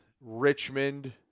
Richmond